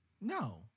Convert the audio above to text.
No